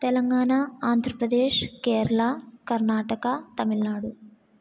Telangana Andhra Pradesh Kerala Karnataka Tamil Nadu